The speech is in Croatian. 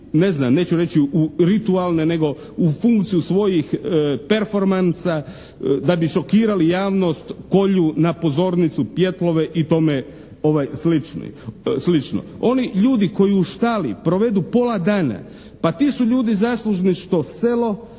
ne znam neću reći u ritualne, nego u funkciju svojih performansa da bi šokirali javnost bolju kolju na pozornici pijetlove i tome slično. Oni ljudi koji u štali provedu pola dana, pa ti su ljudi zaslužni što selo,